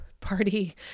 party